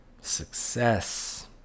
success